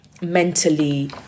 mentally